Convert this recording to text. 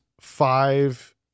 five